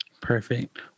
Perfect